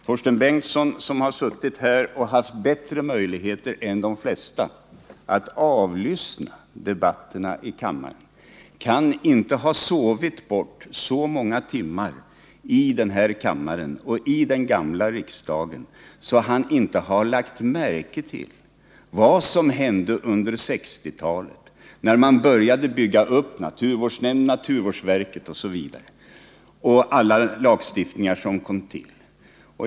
Torsten Bengtson som suttit här i kammaren och haft bättre möjligheter än de flesta att avlyssna debatterna kan inte ha sovit bort så många timmar i det här riksdagshuset eller i kammaren i det gamla riksdagshuset att han inte lagt märke till vad som hände under 1960-talet, när man började bygga upp naturvårdsnämnden, naturvårdsverket osv. Han kan inte ha undgått att lägga märke till alla lagar som sedan kom till.